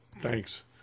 Thanks